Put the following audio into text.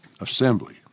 Assembly